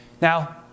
Now